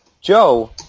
Joe